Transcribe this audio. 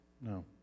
No